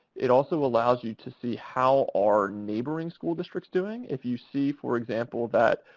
it also allows you to see how are neighboring school districts doing. if you see, for example, that